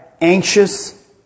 anxious